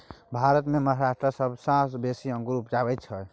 भारत मे महाराष्ट्र सबसँ बेसी अंगुर उपजाबै छै